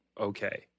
okay